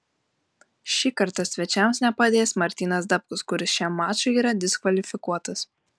šį kartą svečiams nepadės martynas dapkus kuris šiam mačui yra diskvalifikuotas